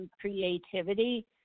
creativity